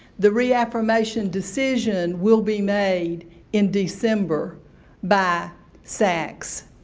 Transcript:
the reaffirmation decision will be made in december by sacs.